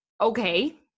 okay